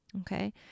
Okay